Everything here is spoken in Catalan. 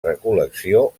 recol·lecció